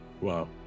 Wow